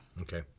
Okay